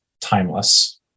timeless